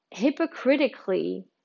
hypocritically